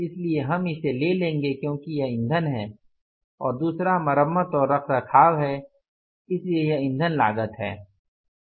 इसलिए हम इसे ले लेंगे क्योंकि यह ईंधन है और दूसरा मरम्मत और रखरखाव है इसलिए यह ईंधन लागत है